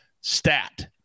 Stat